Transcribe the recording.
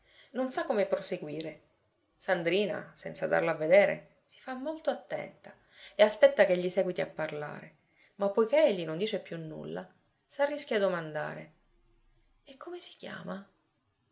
non sa come proseguire sandrina senza darlo a vedere si fa molto attenta e aspetta ch'egli seguiti a parlare ma poiché egli non dice più nulla s'arrischia a domandare e come si chiama